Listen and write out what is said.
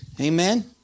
amen